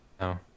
No